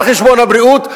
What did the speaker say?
על חשבון הבריאות,